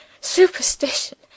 superstition